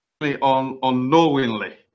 unknowingly